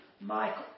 Michael